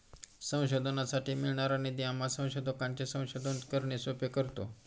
संशोधनासाठी मिळणारा निधी आम्हा संशोधकांचे संशोधन करणे सोपे करतो